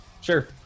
Sure